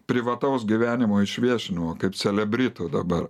privataus gyvenimo išviešinimo kaip celebrito dabar